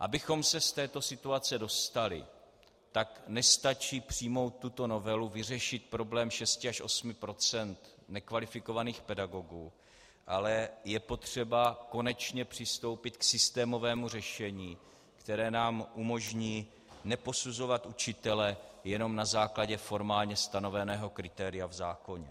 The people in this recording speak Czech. Abychom se z této situace dostali, nestačí přijmout tuto novelu, vyřešit problém šesti až osmi procent nekvalifikovaných pedagogů, ale je potřeba konečně přistoupit k systémovému řešení, které nám umožní neposuzovat učitele jenom na základě formálně stanoveného kritéria v zákoně.